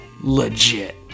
legit